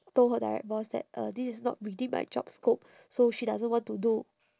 told her direct boss that uh this is not within my job scope so she doesn't want to do